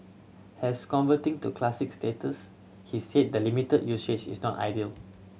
has converting to Classic status he said the limited usage is not ideal